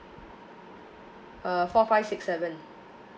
uh four five six seven